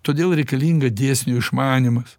todėl reikalinga dėsnių išmanymas